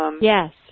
Yes